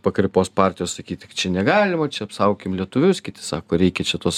pakraipos partijos sakyt čia negalima čia apsaugokim lietuvius kiti sako reikia čia tos